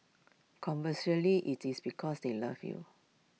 conversely IT is because they love you